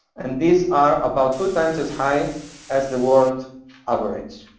and these are about two times as high as the world average.